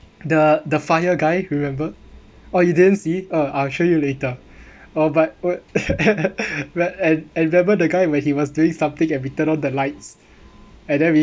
the the fire guy you remember or you didn't see uh I'll show you later oh but and remember the guy where he was doing something and we turned on the lights and then we